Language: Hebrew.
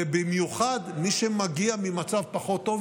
ובמיוחד מי שמגיע ממצב פחות טוב,